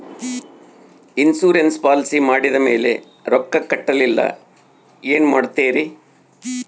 Insurance policy ಮಾಡಿದ ಮೇಲೆ ರೊಕ್ಕ ಕಟ್ಟಲಿಲ್ಲ ಏನು ಮಾಡುತ್ತೇರಿ?